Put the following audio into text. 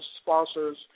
sponsors